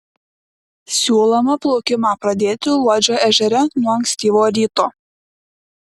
siūloma plaukimą pradėti luodžio ežere nuo ankstyvo ryto